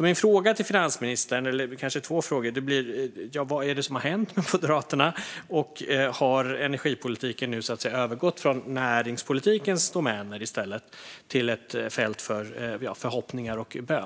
Mina frågor till finansministern är: Vad är det som har hänt med Moderaterna, och har energipolitiken nu övergått från näringspolitikens domäner till ett fält för förhoppningar och bön?